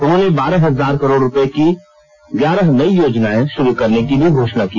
उन्होंने बारह हजार करोड़ रूपये की ग्यारह नई योजनाए शुरू करने की भी घोषणा की